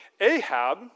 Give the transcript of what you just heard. Ahab